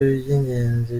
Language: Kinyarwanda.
iby’ingenzi